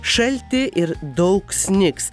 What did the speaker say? šalti ir daug snigs